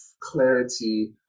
clarity